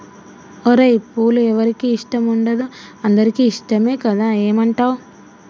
ఓరై పూలు ఎవరికి ఇష్టం ఉండదు అందరికీ ఇష్టమే కదా ఏమంటావ్